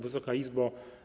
Wysoka Izbo!